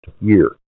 year